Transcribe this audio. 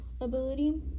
ability